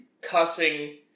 cussing